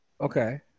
Okay